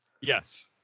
Yes